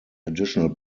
additional